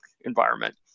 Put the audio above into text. environment